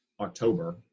October